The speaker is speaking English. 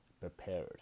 prepared